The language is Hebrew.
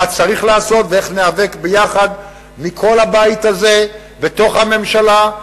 מה צריך לעשות ואיך ניאבק ביחד מכל הבית הזה בתוך הממשלה,